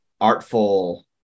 artful